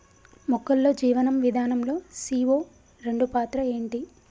మొక్కల్లో జీవనం విధానం లో సీ.ఓ రెండు పాత్ర ఏంటి?